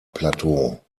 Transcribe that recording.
plateau